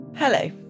Hello